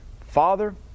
Father